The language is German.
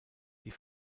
die